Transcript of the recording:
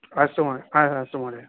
अस्तु महोदय हा अस्तु महोदय